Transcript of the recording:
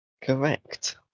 Correct